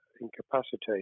incapacitated